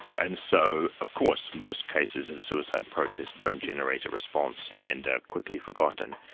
and so of course most cases of suicide protest don't generate a response, and are quickly forgotten.